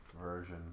version